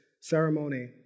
ceremony